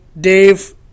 Dave